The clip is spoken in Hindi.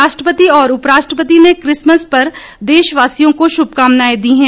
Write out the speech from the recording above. राष्ट्रपति और उपराष्ट्रपति ने क्रिसमस पर देशवासियों को शुभकामनाएं दी हैं